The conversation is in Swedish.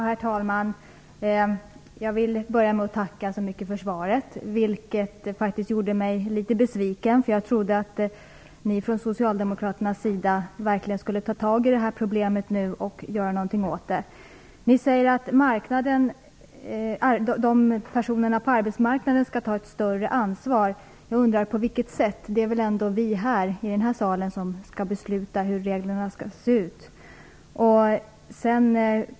Herr talman! Jag vill börja med att tacka för svaret, vilket faktiskt gjorde mig litet besviken. Jag trodde nämligen att ni från socialdemokraternas sida verkligen skulle ta tag i det här problemet och göra något åt det. Ni säger att parterna på arbetsmarknaden skall ta ett större ansvar. Jag undrar på vilket sätt det skall ske. Det är väl ändå vi här i denna sal som skall besluta om hur reglerna skall vara utformade.